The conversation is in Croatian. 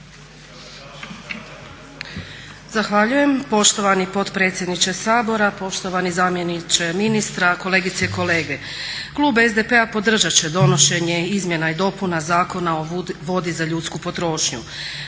Zahvaljujem. Poštovani potpredsjedniče Sabora, poštovani zamjeniče ministra, kolegice i kolege. Klub SDP-a podržat će donošenje izmjena i dopuna Zakona o vodi za ljudsku potrošnju.